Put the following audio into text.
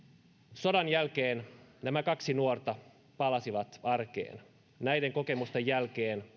sodan jälkeen nämä kaksi nuorta palasivat arkeen näiden kokemusten jälkeen